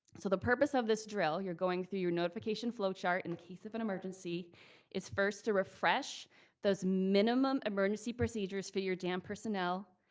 so the purpose of this drill, you're going through your notification flowchart in case of an emergency is first to refresh those minimum emergency procedures for your dam personnel,